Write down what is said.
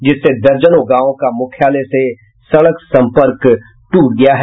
जिससे दर्जनों गांव का मुख्यालय से सड़क सम्पर्क ट्रट हो गया है